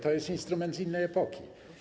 To jest instrument z innej epoki.